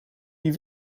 die